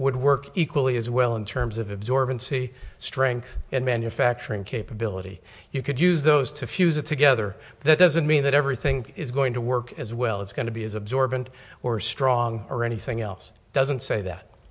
would work equally as well in terms of absorbency strength and manufacturing capability you could use those to fuse it together but that doesn't mean that everything is going to work as well as going to be as absorbent or strong or anything else doesn't say that